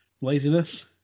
Laziness